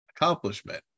accomplishment